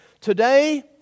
Today